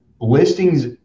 Listings